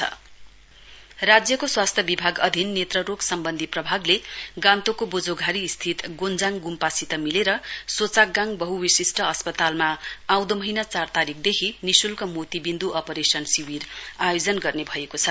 free cataract operation राज्यको स्वास्थ्य विभाग अधिन नेत्ररोग सम्वन्धी प्रभागले गान्तोकको वोझोघारी स्थित गोञ्जाङ गुम्पासित मिलेर सोचाकगाङ वहुविशिष्ट अस्पतालमा आउँदो महीना चार तारीकदेखि निशुल्क मोतीविन्दु अपरेशन शिविर आयोजन गर्ने भएको छ